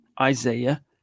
Isaiah